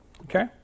okay